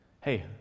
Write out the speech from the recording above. Hey